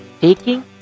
taking